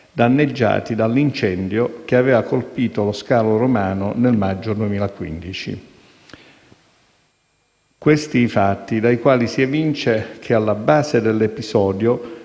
danneggiati dall'incendio che aveva colpito lo scalo romano nel maggio 2015. Questi i fatti, dai quali si evince che alla base dell'episodio